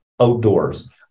outdoors